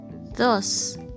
thus